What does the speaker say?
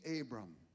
Abram